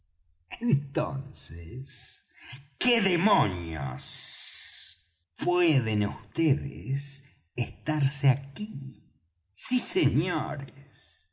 entonces qué demonio pueden vds estarse aquí sí señores